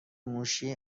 موشی